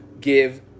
give